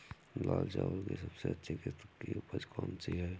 लाल चावल की सबसे अच्छी किश्त की उपज कौन सी है?